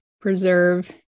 preserve